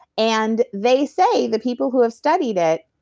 and they say, the people who have studied it,